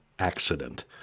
accident